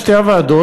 שתי הוועדות,